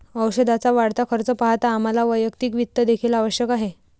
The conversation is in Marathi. औषधाचा वाढता खर्च पाहता आम्हाला वैयक्तिक वित्त देखील आवश्यक आहे